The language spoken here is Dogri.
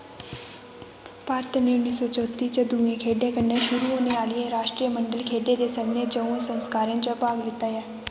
भारत ने उन्नी सौ चौत्ती च दूइयें खेढें कन्नै शुरू होने आह्लियें राश्ट्रमंडल खेढें दे सभनें च'ऊं संस्कारें च भाग लैता ऐ